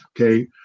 Okay